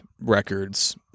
records